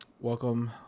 welcome